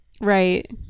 Right